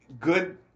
good